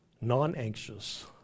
non-anxious